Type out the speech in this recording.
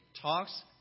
talks